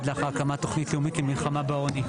לאחר הקמת תכנית לאומית למלחמה בעוני.